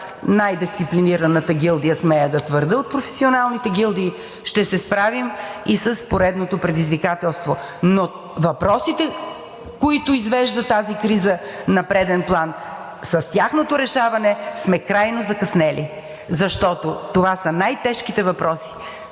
най-дисциплинираната гилдия, смея да твърдя, от професионалните гилдии, ще се справим и с поредното предизвикателство. Но въпросите, които извежда тази криза на преден план, с тяхното решаване сме крайно закъснели. Защото това са най-тежките въпроси